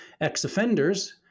ex-offenders